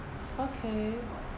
okay